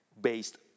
based